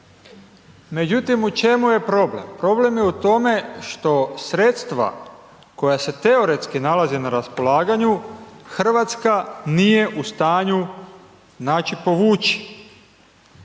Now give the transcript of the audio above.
Međutim, u čemu je problem? Problem je u tome što sredstva koja se teoretski nalaze na raspolaganju RH nije u stanju, znači, povući.